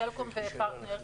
סלקום ופרטנר,